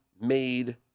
made